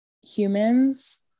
humans